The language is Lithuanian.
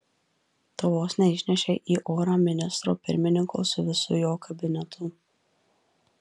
tu vos neišnešei į orą ministro pirmininko su visu jo kabinetu